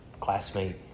classmate